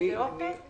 באיזה אופן.